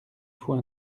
faut